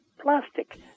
plastic